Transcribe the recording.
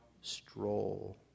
stroll